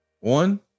one